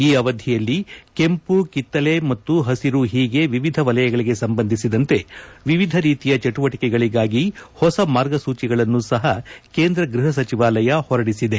ಈ ಅವಧಿಯಲ್ಲಿ ಕೆಂಪು ಕಿತ್ತಳೆ ಮತ್ತು ಹಸಿರು ಹೀಗೆ ವಿವಿಧ ವಲಯಗಳಿಗೆ ಸಂಬಂಧಿಸಿದಂತೆ ವಿವಿಧ ರೀತಿಯ ಚಟುವಟಿಕೆಗಳಿಗಾಗಿ ಹೊಸ ಮಾರ್ಗಸೂಚಿಗಳನ್ನು ಸಹ ಕೇಂದ್ರ ಗ್ಬಹ ಸಚಿವಾಲಯ ಹೊರಡಿಸಿದೆ